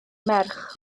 merch